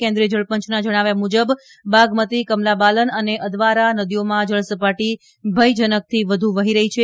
કેન્દ્રીય જળ પંચના જણાવ્યા મુજબ બાગમતી કમલાબાલન અને અધ્વારા નદીઓમાં જળસપાટી ભયજનકથી વધુ વફી રહી છે